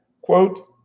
quote